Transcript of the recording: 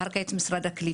אחר כך את משרד הקליטה.